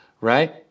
right